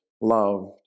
loved